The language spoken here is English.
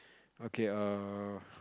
okay err